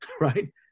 right